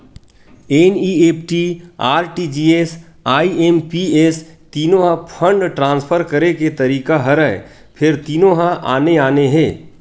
NEFT, RTGS, IMPS तीनो ह fund transfer करे के तरीका हरय फेर तीनो ह आने आने हे